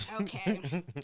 okay